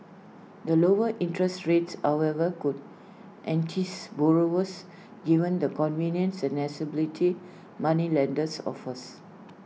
the lower interests rates however could entice borrowers given the convenience and accessibility moneylenders offers